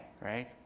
right